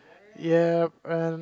yep run